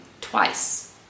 twice